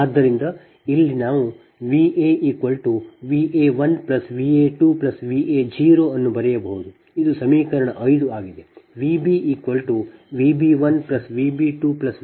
ಆದ್ದರಿಂದ ಇಲ್ಲಿ ನಾವು VaVa1Va2Va0 ಅನ್ನು ಬರೆಯಬಹುದು ಇದು ಸಮೀಕರಣ 5 ಆಗಿದೆ